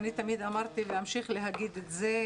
אני תמיד אמרתי ואמשיך להגיד את זה,